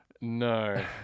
no